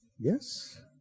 Yes